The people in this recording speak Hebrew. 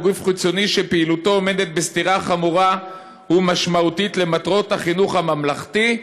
גוף חיצוני שפעילותו עומדת בסתירה חמורה ומשמעותית למטרות החינוך הממלכתי,